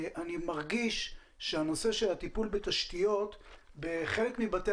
אני מרגיש שהנושא של הטיפול בתשתיות בחלק מבתי